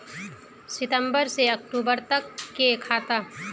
सितम्बर से अक्टूबर तक के खाता?